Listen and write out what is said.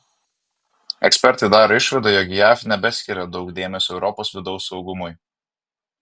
ekspertai daro išvadą jog jav nebeskiria daug dėmesio europos vidaus saugumui